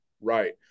right